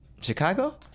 Chicago